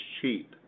cheap